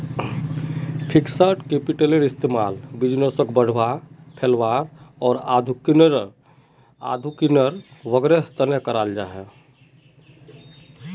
fixed कैपिटलेर इस्तेमाल बिज़नेसोक बढ़ावा, फैलावार आर आधुनिकीकरण वागैरहर तने कराल जाहा